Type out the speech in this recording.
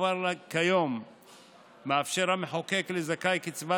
כבר כיום מאפשר המחוקק לזכאי לקצבת